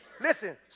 Listen